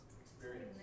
Experience